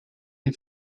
die